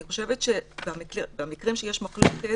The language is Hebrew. אני חושבת שבמקרים שיש מחלוקת,